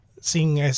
sin